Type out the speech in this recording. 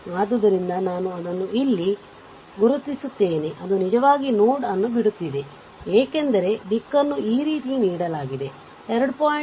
ಆದ್ದರಿಂದ ನಾನು ಅದನ್ನು ಇಲ್ಲಿ ಗುರುತಿಸುತ್ತೇನೆ ಅದು ನಿಜವಾಗಿ ನೋಡ್ ಅನ್ನು ಬಿಡುತ್ತಿದೆ ಏಕೆಂದರೆ ದಿಕ್ಕನ್ನು ಈ ರೀತಿ ನೀಡಲಾಗಿದೆ 2